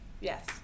Yes